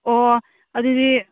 ꯑꯣ ꯑꯗꯨꯗꯤ